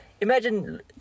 Imagine